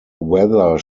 weather